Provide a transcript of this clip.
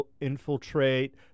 infiltrate